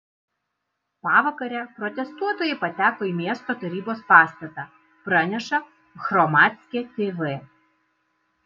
pavakarę protestuotojai pateko į miesto tarybos pastatą praneša hromadske tv